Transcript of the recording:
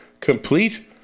complete